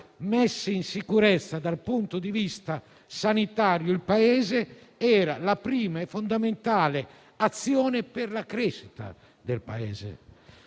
messa in sicurezza dal punto di vista sanitario del Paese era la prima e fondamentale azione per la crescita. Così,